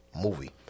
movie